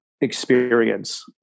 Experience